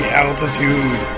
altitude